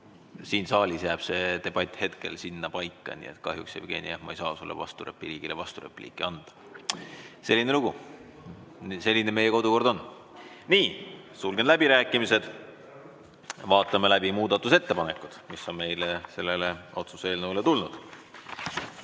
Siin saalis jääb see debatt hetkel sinnapaika. Kahjuks, Jevgeni, ma ei saa sulle vasturepliigile vasturepliiki anda. Selline lugu. Selline meie kodukord on. Nii. Sulgen läbirääkimised. Vaatame läbi muudatusettepanekud, mis on selle otsuse eelnõu kohta tulnud.